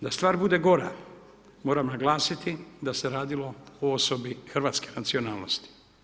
Da stvar bude gora, moram naglasiti da se radilo o osobi hrvatske nacionalnosti.